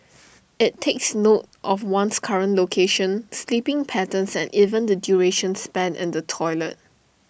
IT takes note of one's current location sleeping patterns and even the duration spent in the toilet